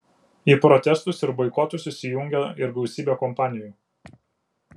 į protestus ir boikotus įsijungė ir gausybė kompanijų